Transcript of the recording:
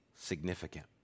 Significant